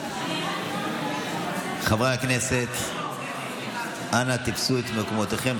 חברי הכנסת, אנא תפסו את מקומותיכם.